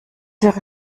wäre